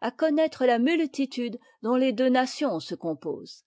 à connaître amu titude dont les deux nations se composent